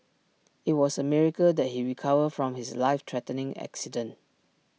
IT was A miracle that he recovered from his life threatening accident